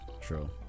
true